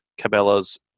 Cabela's